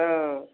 ହଁ